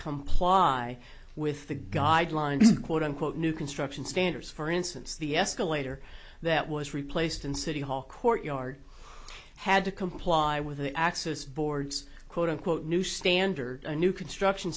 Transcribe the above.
comply with the guidelines quote unquote new construction standards for instance the escalator that was replaced in city hall courtyard had to comply with the axis board's quote unquote new standard a new construction